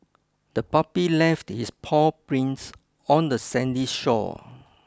the puppy left its paw prints on the sandy shore